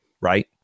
Right